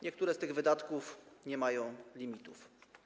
Niektóre z tych wydatków nie mają limitów.